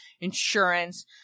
insurance